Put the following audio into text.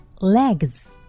legs